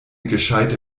gescheite